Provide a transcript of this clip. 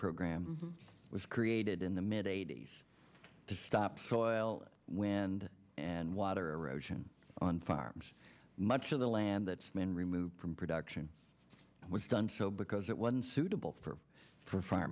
program was created in the mid eighty's to stop soil wind and water erosion on farms much of the land that's been removed from production was done so because it was unsuitable for for f